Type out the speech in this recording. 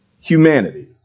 humanity